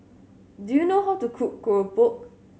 do you know how to cook keropok